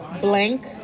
blank